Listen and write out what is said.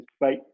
bye